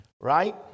right